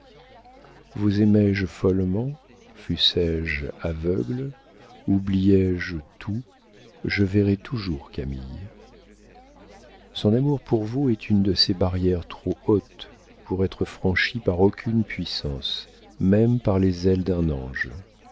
aimé je follement fussé je aveugle oublié je tout je verrais toujours camille son amour pour vous est une de ces barrières trop hautes pour être franchies par aucune puissance même par les ailes d'un ange